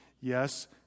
Yes